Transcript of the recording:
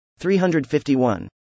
351